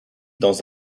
dans